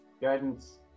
Guidance